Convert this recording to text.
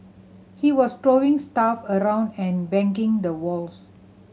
he was throwing stuff around and banging the walls